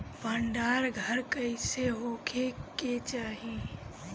भंडार घर कईसे होखे के चाही?